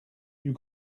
you